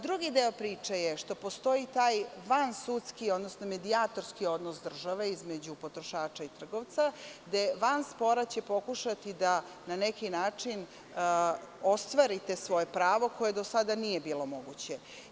Drugi deo priče je što postoji taj vansudski, odnosno medijatorski odnos države između potrošača i trgovca, gde ćete van spora pokušati da na neki način ostvarite svoje pravo koje do sada nije bilo moguće.